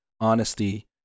honesty